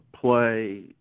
play